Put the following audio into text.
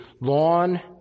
lawn